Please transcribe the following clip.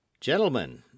gentlemen